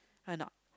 right or not